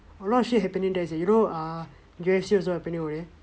alot of shit happening there sey you know err U_F_C also happening there